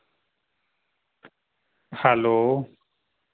hello